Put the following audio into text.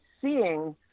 seeing